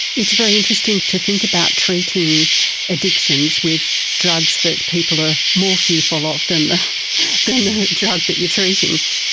it's a very interesting to think about treating addictions with drugs that people are more fearful of than the than the drug that you're treating.